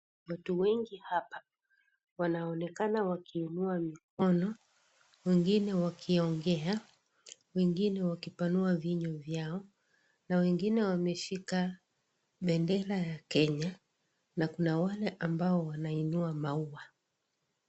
Watu wengi hapa, wanaonekana wakiinua mikono, wengine wakiongea, wengine wakipanua vinywa vyao na wengine wameshika bendera ya Kenya na kuna wale ambao wanainua maua.